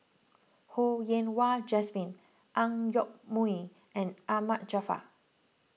Ho Yen Wah Jesmine Ang Yoke Mooi and Ahmad Jaafar